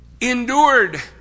endured